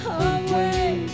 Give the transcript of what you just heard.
away